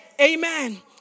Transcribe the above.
Amen